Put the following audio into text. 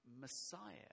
Messiah